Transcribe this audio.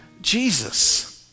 Jesus